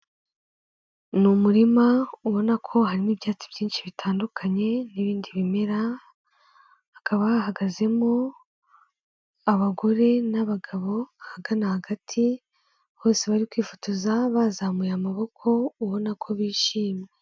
Ni umurima ubona ko harimo ibyatsi byinshi bitandukanye n'ibindi bimera, hakaba hahagazemo abagore n'abagabo, ahagana hagati, bose bari kwifotoza bazamuye amaboko ubona ko bishimye.